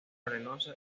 arenosa